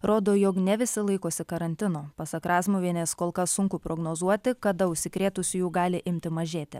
rodo jog ne visi laikosi karantino pasak razmuvienės kol kas sunku prognozuoti kada užsikrėtusiųjų gali imti mažėti